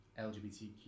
LGBTQ